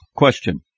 Question